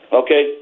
okay